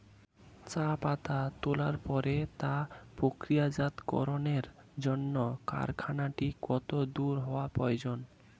চা পাতা তোলার পরে তা প্রক্রিয়াজাতকরণের জন্য কারখানাটি কত দূর হওয়ার প্রয়োজন?